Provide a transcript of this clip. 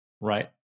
right